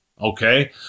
okay